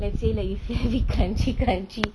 let's say like you feel like crunchy crunchy